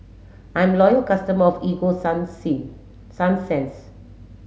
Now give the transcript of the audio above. I'm a loyal customer of Ego sunsense